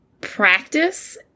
practice